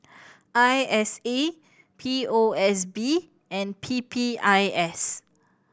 I S A P O S B and P P I S